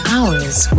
Hours